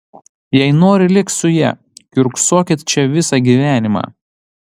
jei nori lik su ja kiurksokit čia visą gyvenimą